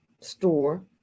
store